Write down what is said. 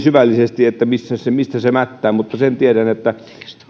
syvällisesti että mistä se mättää mutta sen tiedän että